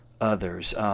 others